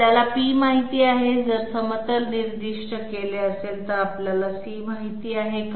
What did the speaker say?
आपल्याला p माहित आहे जर समतल निर्दिष्ट केले असेल तर आपल्याला c माहित आहे का